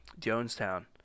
Jonestown